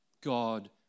God